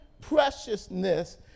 preciousness